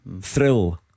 thrill